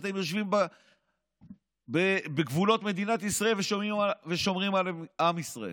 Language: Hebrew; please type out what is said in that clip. כשאתם יושבים בגבולות מדינת ישראל ושומרים על עם ישראל.